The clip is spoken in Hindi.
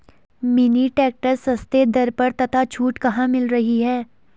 मिनी ट्रैक्टर सस्ते दर पर तथा छूट कहाँ मिल रही है?